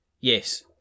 yes